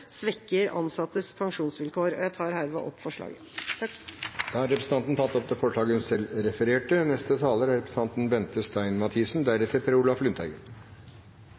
svekker ansattes pensjonsvilkår. Jeg tar herved opp forslaget. Representanten Lise Christoffersen har tatt opp det forslaget hun refererte til. Det er